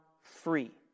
free